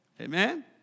Amen